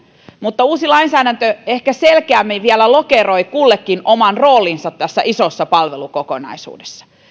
mutta uusi lainsäädäntö ehkä selkeämmin vielä lokeroi kullekin oman roolin tässä isossa palvelukokonaisuudessa